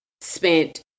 spent